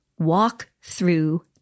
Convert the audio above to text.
Walkthrough